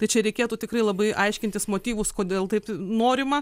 tai čia reikėtų tikrai labai aiškintis motyvus kodėl taip norima